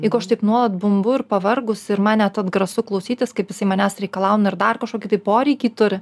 jeigu aš taip nuolat bambu ir pavargus ir man net atgrasu klausytis kaip jisai manęs reikalauna ir dar kažkokį tai poreikį turi